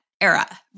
era